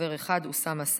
חבר אחד: אוסאמה סעדי.